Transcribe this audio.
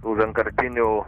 tų vienkartinių